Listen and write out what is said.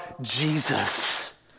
Jesus